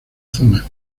zona